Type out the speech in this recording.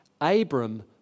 Abram